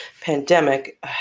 pandemic